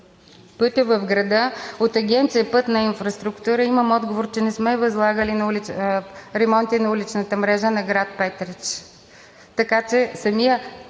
Пътят в града. От Агенция „Пътна инфраструктура“ имам отговор, че не сме възлагали ремонти на уличната мрежа на град Петрич.